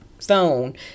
phone